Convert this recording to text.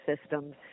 systems